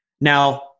Now